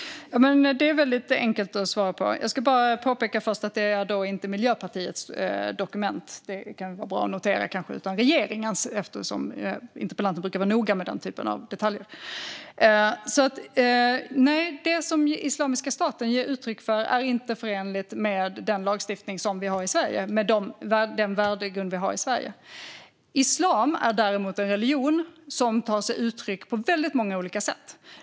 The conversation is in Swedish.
Fru talman! Det är väldigt enkelt att svara på det. Jag ska först bara påpeka att det inte är Miljöpartiets dokument utan regeringens. Det kan vara bra att notera, eftersom interpellanten brukar vara noga med den typen av detaljer. Nej, det som Islamiska staten ger uttryck för är inte förenligt med den lagstiftning som vi har i Sverige och med den värdegrund som vi har i Sverige. Islam är däremot en religion som tar sig uttryck på väldigt många olika sätt.